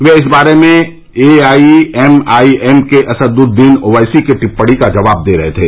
वे इस बारे में एआईएमआईएम के असदुद्दीन ओवैसी की टिप्पणी का जवाब दे रहे थे